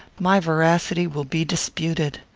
my veracity will be disputed.